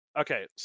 Okay